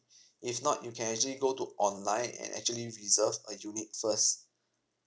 if not you can actually go to online and actually reserve a unit first